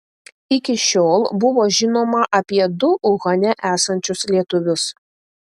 iki šiol buvo žinoma apie du uhane esančius lietuvius